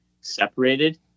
separated